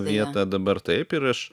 vietą dabar taip ir aš